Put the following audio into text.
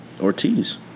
Ortiz